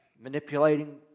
Manipulating